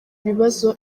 bibazo